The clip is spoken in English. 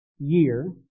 year